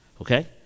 Okay